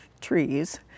trees